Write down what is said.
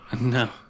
no